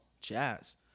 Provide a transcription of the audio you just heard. jazz